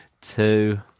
two